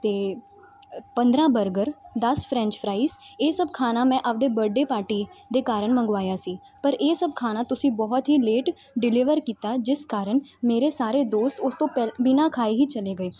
ਅਤੇ ਪੰਦਰਾਂ ਬਰਗਰ ਦਸ ਫਰੈਂਚ ਫਰਾਈਜ਼ ਇਹ ਸਭ ਖਾਣਾ ਮੈਂ ਆਪਦੇ ਬਰਥਡੇ ਪਾਰਟੀ ਦੇ ਕਾਰਨ ਮੰਗਵਾਇਆ ਸੀ ਪਰ ਇਹ ਸਭ ਖਾਣਾ ਤੁਸੀਂ ਬਹੁਤ ਹੀ ਲੇਟ ਡਿਲੀਵਰ ਕੀਤਾ ਜਿਸ ਕਾਰਨ ਮੇਰੇ ਸਾਰੇ ਦੋਸਤ ਉਸ ਤੋਂ ਪਹਿਲਾਂ ਬਿਨਾਂ ਖਾਏ ਹੀ ਚਲੇ ਗਏ